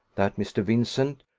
that mr. vincent,